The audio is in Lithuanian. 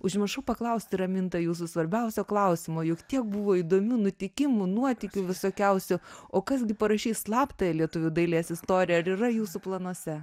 užmiršau paklausti raminta jūsų svarbiausio klausimo juk tiek buvo įdomių nutikimų nuotykių visokiausių o kas gi parašys slaptąją lietuvių dailės istoriją ar yra jūsų planuose